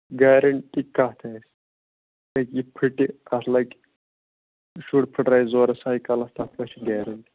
guarantee کَتھ آسہِ ییٚلہِ یہِ پھٕٹہِ اَتھ لَگہِ شُر پھٕٹرایہِ زورٕ سایکلَس تَتھ مہ چھےٚ گارنٹی